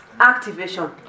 activation